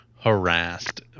harassed